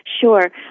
Sure